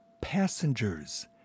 Passengers